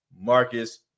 marcus